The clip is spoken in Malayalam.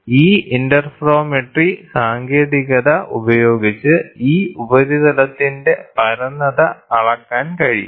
ഈ ഇന്റർഫെറോമെട്രി സാങ്കേതികത ഉപയോഗിച്ച് ഈ ഉപരിതലത്തിന്റെ പരന്നത അളക്കാൻ കഴിയും